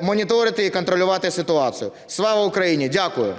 моніторити і контролювати ситуацію. Слава Україні! Дякую.